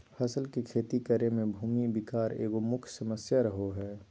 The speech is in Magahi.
फसल के खेती करे में भूमि विकार एगो मुख्य समस्या रहो हइ